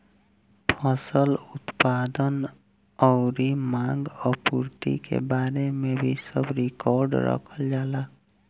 फसल उत्पादन अउरी मांग आपूर्ति के बारे में भी सब रिकार्ड रखल जाला